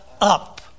up